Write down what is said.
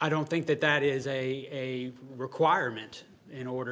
i don't think that that is a requirement in order